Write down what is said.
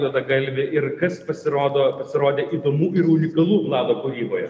juodagalvį ir kas pasirodo pasirodė įdomu ir unikalu vlado kūryboje